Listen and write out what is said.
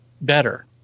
better